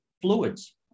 fluids